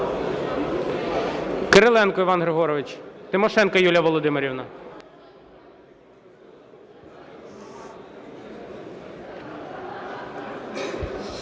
Кириленко Іван Григорович. Тимошенко Юлія Володимирівна.